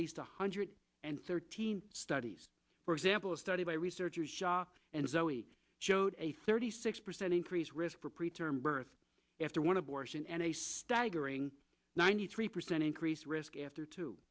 least a hundred and thirteen studies for example a study by researchers shocked and zoe showed a thirty six percent increase risk for pre term birth after one abortion and a staggering ninety three percent increase risk after two